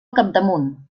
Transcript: capdamunt